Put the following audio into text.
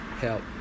help